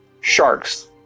Sharks